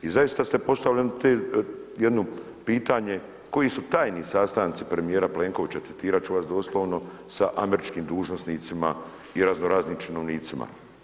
I zaista ste postavili jedno pitanje, koji su tajni sastanci premjera Plenkovića, citirati ću vas doslovno sa američkim dužnosnicima i razno raznim činovnicima.